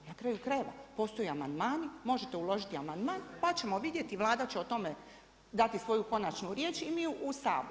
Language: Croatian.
Na kraju krajeva, postoje amandmani, možete uložiti amandman pa ćemo vidjeti, Vlada će o tome dati svoju konačnu riječ i mi u Saboru.